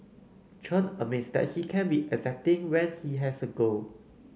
Chen admits that he can be exacting when he has a goal